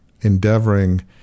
endeavoring